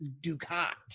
Ducat